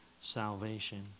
salvation